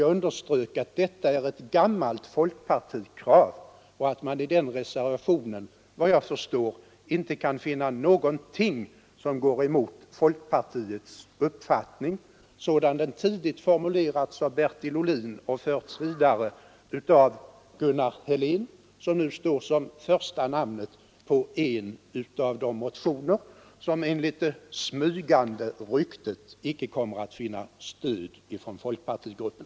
Jag underströk att detta är ett gammalt folkpartikrav och att man i reservationen 1 såvitt jag förstår inte kan finna någonting som går emot folkpartiets uppfattning sådan den tidigt formulerades av Bertil Ohlin och sedan har förts vidare av Gunnar Helén, som nu står som första namn på en av de motioner som enligt ett smygande rykte icke kommer att vinna stöd från folkpartigruppen.